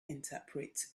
interpret